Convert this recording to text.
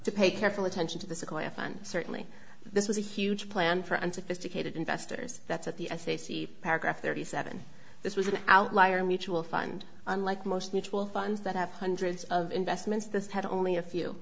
to pay careful attention to the sequoia fund certainly this was a huge plan for and sophisticated investors that's at the s a c paragraph thirty seven this was an outlier mutual fund unlike most mutual funds that have hundreds of investments this had only a few